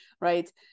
Right